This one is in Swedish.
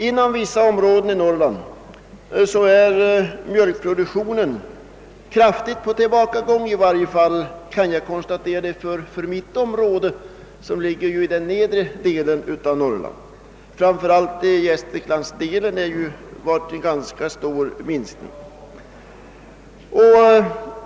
Inom vissa områden i Norrland är mjölkproduktionen på kraftig tillbakagång — det är en tendens som jag kunnat konstatera för det område där jag hör hemma, nedre delen av Norrland. Framför allt i Gästrikland har minskningen under senare år varit ganska stor.